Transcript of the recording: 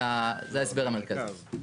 זה ההסבר המרכזי.